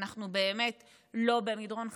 אנחנו באמת לא במדרון חלקלק,